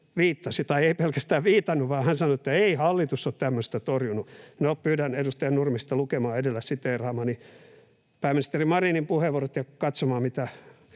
tai ei pelkästään viitannut, vaan hän sanoi, että ei hallitus ole tämmöistä torjunut. No, pyydän edustaja Nurmista lukemaan edellä siteeraamani pääministeri Marinin puheenvuorot ja katsomaan,